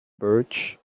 birch